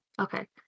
Okay